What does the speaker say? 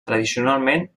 tradicionalment